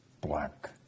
black